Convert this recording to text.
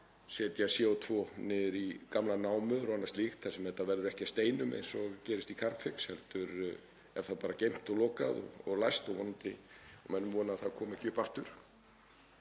setja niður CO2 í gamlar námur og annað slíkt þar sem þetta verður ekki að steinum eins og gerist í Carbfix heldur er það bara geymt og lokað og læst og menn vona að það komi ekki upp aftur.